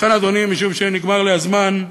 לכן, אדוני, משום שנגמר לי הזמן,